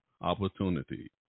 opportunity